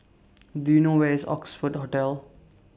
Do YOU know Where IS Oxford Hotel